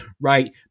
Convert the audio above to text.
Right